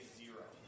zero